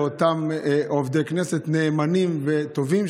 לאותם עובדי כנסת נאמנים וטובים,